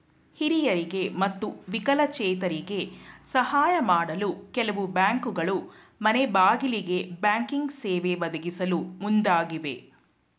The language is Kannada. ಹಿರಿಯರಿಗೆ ಮತ್ತು ವಿಕಲಚೇತರಿಗೆ ಸಾಹಯ ಮಾಡಲು ಕೆಲವು ಬ್ಯಾಂಕ್ಗಳು ಮನೆಗ್ಬಾಗಿಲಿಗೆ ಬ್ಯಾಂಕಿಂಗ್ ಸೇವೆ ಒದಗಿಸಲು ಮುಂದಾಗಿವೆ